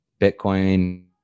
Bitcoin